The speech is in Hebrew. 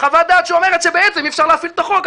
חוות דעת שאומרת שבעצם אי אפשר להפעיל את החוק.